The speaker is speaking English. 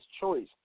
choice